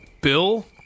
Bill